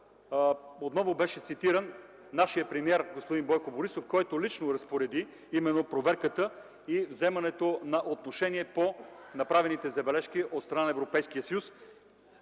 отново беше цитиран нашият премиер господин Бойко Борисов, който лично разпореди именно проверката и вземането на отношение по направените забележки от страна на Европейския съюз.